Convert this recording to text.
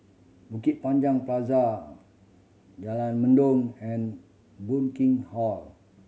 Bukit Panjang Plaza Jalan Mendong and Burkill Hall